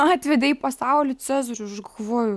atvedė į pasaulį cezariu ir aš galvoju